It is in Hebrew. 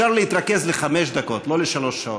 אפשר להתרכז לחמש דקות, לא לשלוש שעות.